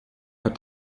hat